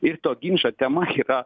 ir to ginčo tema yra